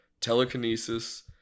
telekinesis